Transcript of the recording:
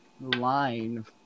line